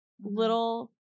little